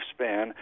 lifespan